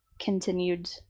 continued